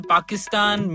Pakistan